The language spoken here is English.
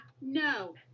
no